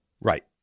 Right